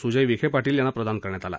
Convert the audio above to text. सुजय विखे पाटील यांना प्रदान करण्यात आला